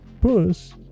Puss